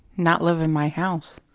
not live in my house.